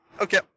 Okay